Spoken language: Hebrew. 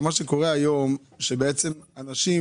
מה שקורה היום, שבעצם אנשים